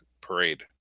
parade